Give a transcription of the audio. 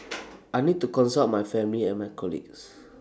I need to consult my family and my colleagues